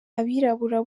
abirabura